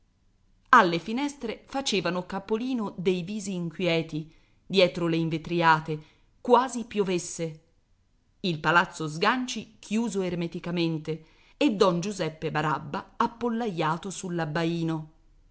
alle finestre facevano capolino dei visi inquieti dietro le invetriate quasi piovesse il palazzo sganci chiuso ermeticamente e don giuseppe barabba appollaiato sull'abbaino